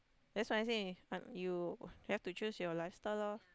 that's why I say uh you have to choose your lifestyle loh